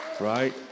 Right